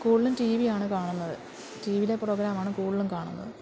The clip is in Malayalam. കൂടുതലും ടി വിയാണ് കാണുന്നത് ടീ വീടെ പ്രോഗ്രാമാണ് കൂടുതലും കാണുന്നത്